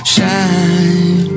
Shine